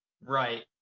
Right